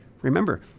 Remember